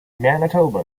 manitoba